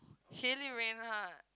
Sheyli Rayna